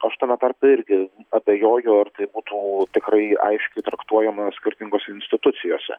aš tame tarpe irgi abejoju ar tai būtų tikrai aiškiai traktuojamos skirtingose institucijose